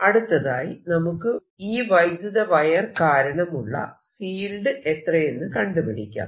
അടുത്തതായി നമുക്ക് ഈ വൈദ്യുത വയർ കാരണമുള്ള ഫീൽഡ് എത്രയെന്നു കണ്ടുപിടിക്കാം